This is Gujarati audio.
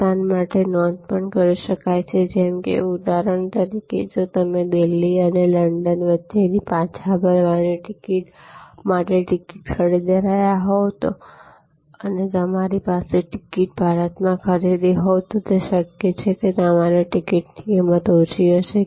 તે સ્થાન માટે નોંધ પણ કરી શકાય છે જેમ કે ઉદાહરણ તરીકે જો તમે દિલ્હી અને લંડન વચ્ચેની પાછા ફરવાની ટિકિટ માટે ટિકિટ ખરીદી રહ્યાં હોવ અને જો તમારી ટિકિટ ભારતમાં ખરીદી હોય તો શક્ય છે કે તમારી ટિકિટની કિંમત ઓછી હશે